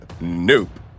Nope